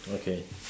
okay